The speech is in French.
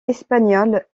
espagnol